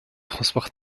transport